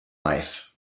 life